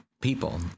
people